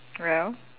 well